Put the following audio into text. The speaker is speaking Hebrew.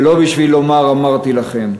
ולא בשביל לומר: אמרתי לכם.